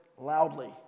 loudly